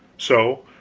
so,